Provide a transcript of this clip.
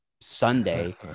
Sunday